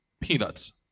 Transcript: peanuts